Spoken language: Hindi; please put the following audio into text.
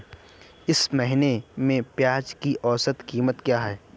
इस महीने में प्याज की औसत कीमत क्या है?